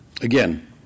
Again